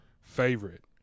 favorite